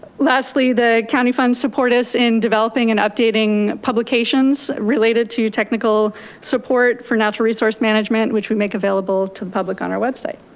lastly the county funds support us in developing and updating publications related to technical support for natural resource management which we make available to the public on our website.